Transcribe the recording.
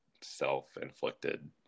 self-inflicted